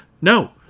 no